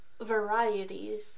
varieties